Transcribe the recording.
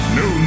no